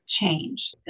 change